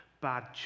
bad